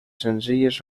senzilles